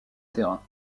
terrain